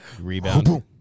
rebound